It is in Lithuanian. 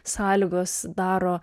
sąlygos daro